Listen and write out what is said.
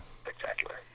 Spectacular